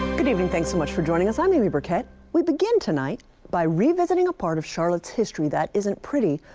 good evening. thanks so much for joining us. i'm amy burkett. we begin tonight by revisiting a part of charlotte's history that isn't pretty,